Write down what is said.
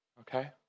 Okay